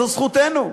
איך אומרים, זו זכותנו.